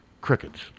crickets